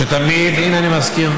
שתמיד, הינה אני מזכיר.